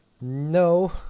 No